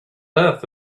earth